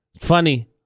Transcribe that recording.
Funny